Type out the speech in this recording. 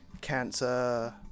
cancer